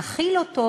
נחיל אותו